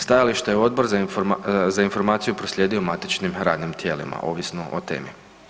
Stajališta je Odbor za informaciju proslijedio matičnim radnim tijelima ovisno o temi.